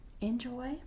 Enjoy